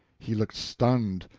he looked stunned,